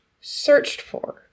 searched-for